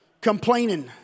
complaining